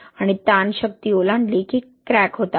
आणि ताण शक्ती ओलांडली की क्रॅक होतात